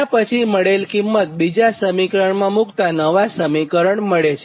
તેનાં પછી મળેલ કિંમત બીજા સમીકરણમાં મુક્તાં તમને નવા સમીકરણ મળે